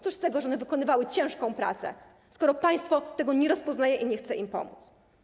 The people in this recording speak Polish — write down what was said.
Cóż z tego, że one wykonywały ciężką pracę, skoro państwo tego nie rozpoznaje i nie chce im pomóc?